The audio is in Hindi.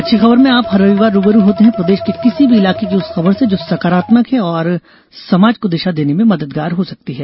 अच्छी खबर में आप हर रविवार रू ब रू होते हैं प्रदेश के किसी भी इलाके की उस खबर से जो सकारात्मक है और समाज को दिशा देने में मददगार हो सकती है